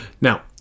Now